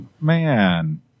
Man